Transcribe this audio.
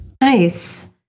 Nice